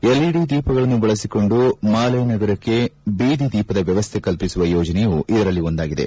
LED ದೀಪಗಳನ್ನು ಬಳಸಿಕೊಂಡು ಮಾಲೆ ನಗರಕ್ಕೆ ಬೀದಿ ದೀಪದ ವ್ಯವಸ್ಥೆ ಕಲ್ಪಿಸುವ ಯೋಜನೆಯೂ ಇದರಲ್ಲಿ ಒಂದಾಗಿದೆ